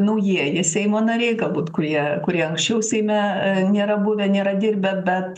naujieji seimo nariai galbūt kurie kurie anksčiau seime nėra buvę nėra dirbę bet